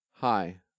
Hi